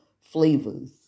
flavors